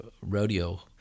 rodeo